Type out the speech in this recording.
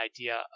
idea